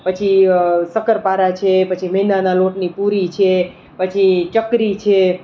પછી શક્કરપારા છે પછી મેંદાના લોટની પૂરી છે પછી ચકરી છે